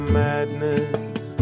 madness